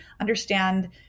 understand